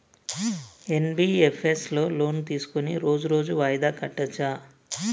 NBFS లో loan తీస్కొని రోజు రోజు వాయిదా కట్టచ్ఛా?